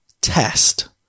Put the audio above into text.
test